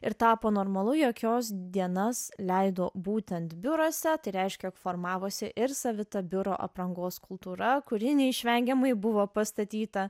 ir tapo normalu jog jos dienas leido būtent biuruose tai reiškia jog formavosi ir savita biuro aprangos kultūra kuri neišvengiamai buvo pastatyta